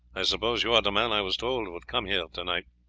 i suppose you are the man i was told would come here to-night.